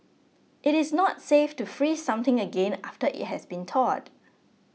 it is not safe to freeze something again after it has thawed